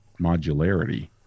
modularity